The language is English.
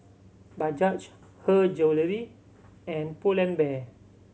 Bajaj Her Jewellery and Pull and Bear